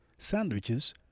Sandwiches